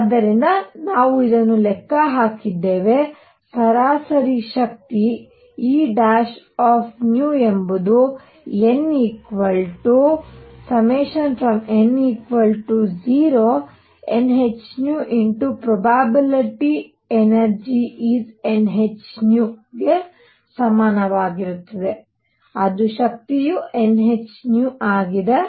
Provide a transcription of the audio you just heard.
ಆದ್ದರಿಂದ ಇದನ್ನು ನಾವು ಲೆಕ್ಕ ಹಾಕಿದ್ದೇವೆ ಸರಾಸರಿ ಶಕ್ತಿ Eಎಂಬುದು n n0nhνprobability energy is nhν ಸಮನಾಗಿರುತ್ತದೆ ಅದು ಶಕ್ತಿಯು nhν ಆಗಿದೆ